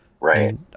Right